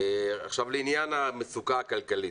לעניין המצוקה הכלכלית.